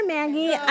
Maggie